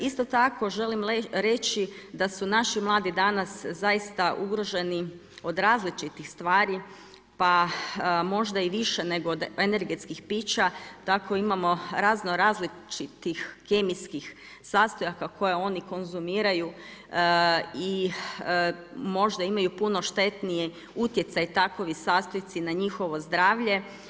Isto tako želim reći da su naši mladi danas zaista ugroženi od različitih stvari pa možda i više nego od energetskih pića, tako imamo razno različitih kemijskih sastojaka koje oni konzumiraju i možda imaju puno štetniji utjecaj takvi sastojci na njihovo zdravlje.